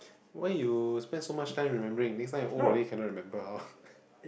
why you spend so much time remembering this time all already cannot remember hor